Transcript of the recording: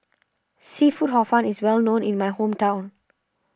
Seafood Hor Fun is well known in my hometown